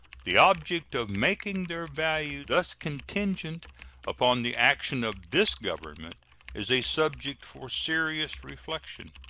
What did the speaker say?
the object of making their value thus contingent upon the action of this government is a subject for serious reflection.